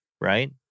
right